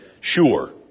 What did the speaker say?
Sure